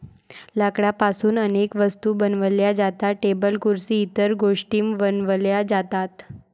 लाकडापासून अनेक वस्तू बनवल्या जातात, टेबल खुर्सी इतर गोष्टीं बनवल्या जातात